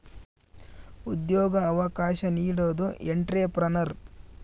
ಉದ್ಯೋಗ ಅವಕಾಶ ನೀಡೋದು ಎಂಟ್ರೆಪ್ರನರ್